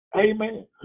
amen